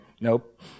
Nope